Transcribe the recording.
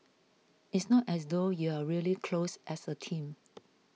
it's not as though you're really close as a team